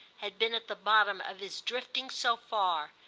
had been at the bottom of his drifting so far,